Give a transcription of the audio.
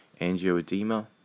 angioedema